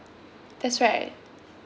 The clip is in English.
that's right